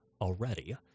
already